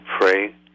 pray